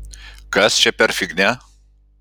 kas čia per fignia